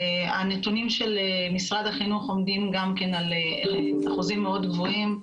הנתונים של משרד החינוך עומדים גם כן על אחוזים מאד גבוהים,